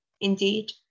indeed